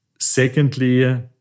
Secondly